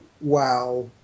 wow